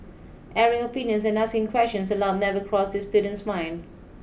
airing opinions and asking questions aloud never crossed this student's mind